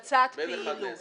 בין אחת לחמש.